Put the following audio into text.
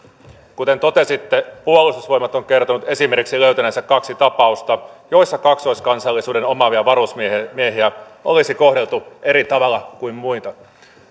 kuten totesitte puolustusvoimat on kertonut esimerkiksi löytäneensä kaksi tapausta joissa kaksoiskansallisuuden omaavia varusmiehiä olisi kohdeltu eri tavalla kuin muita